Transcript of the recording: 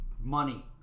money